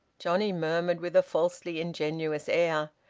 johnnie murmured, with a falsely ingenuous air.